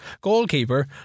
Goalkeeper